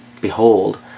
Behold